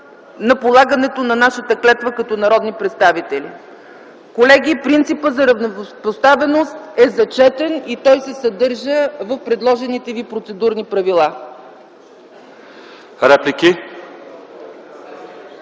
на полагането на нашата клетва като народни представители. Колеги, принципът за равнопоставеност е зачетен и той се съдържа в предложените ви процедурни правила.